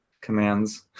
commands